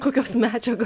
kokios medžiagos